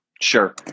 Sure